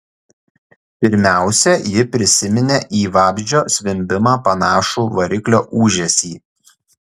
pirmiausia ji prisiminė į vabzdžio zvimbimą panašų variklio ūžesį